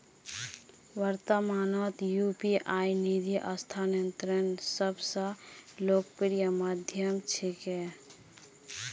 वर्त्तमानत यू.पी.आई निधि स्थानांतनेर सब स लोकप्रिय माध्यम छिके